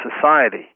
society